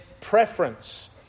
preference